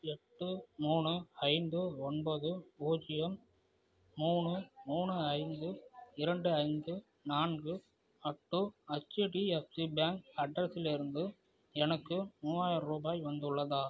எட்டு மூணு ஐந்து ஒன்பது பூஜ்ஜியம் மூணு மூணு ஐந்து இரண்டு ஐந்து நான்கு அட் ஹெச்டிஎஃப்சி பேங்க் அட்ரஸிலிருந்து எனக்கு மூவாயிரம் ரூபாய் வந்துள்ளதா